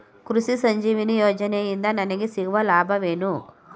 ಕೃಷಿ ಸಂಜೀವಿನಿ ಯೋಜನೆಯಿಂದ ನನಗೆ ಸಿಗುವ ಲಾಭವೇನು?